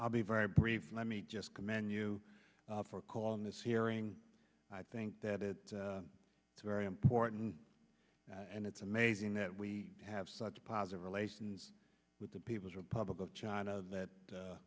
i'll be very brief let me just commend you for calling this hearing i think that it is very important and it's amazing that we have such positive relations with the people's republic of china that